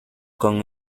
con